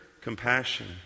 Compassion